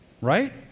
right